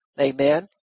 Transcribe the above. Amen